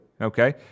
okay